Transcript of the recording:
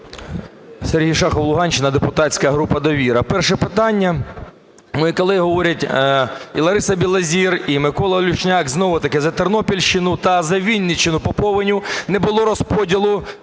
Сергій Шахов, Луганщина, депутатська група "Довіра". Перше питання. Мої колеги говорять, і Лариса Білозір, і Микола Люшняк, знову-таки, за Тернопільщину та за Вінниччину, по повені не було розподілу